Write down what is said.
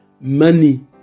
money